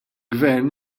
gvern